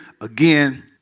again